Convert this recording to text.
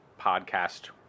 podcast